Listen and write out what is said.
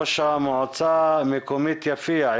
ראש המועצה המקומית יפיע.